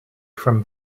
from